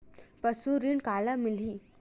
पशु ऋण काला मिलही?